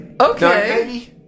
Okay